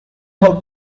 hope